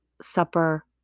supper